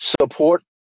support